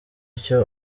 icyo